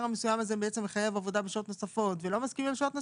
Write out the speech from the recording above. המסוים הזה בעצם מחייב עבודה בשעות נוספות ולא מסכימים על שעות נוספות,